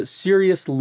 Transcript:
serious